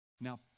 Now